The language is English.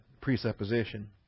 presupposition